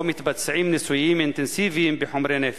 שבו מתבצעים ניסויים אינטנסיביים בחומרי נפץ.